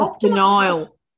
denial